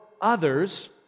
others